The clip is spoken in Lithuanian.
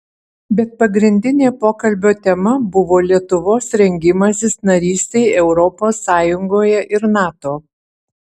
bet pagrindinė pokalbio tema buvo lietuvos rengimasis narystei europos sąjungoje ir nato